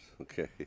Okay